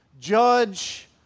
Judge